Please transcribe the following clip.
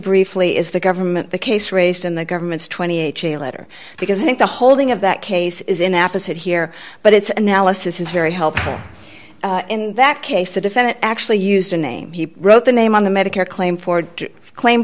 briefly is the government the case raised in the government's twenty eight letter because i think the holding of that case is in apis it here but it's analysis is very helpful in that case the defendant actually used a name he wrote the name on the medicare claim for claim